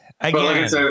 Again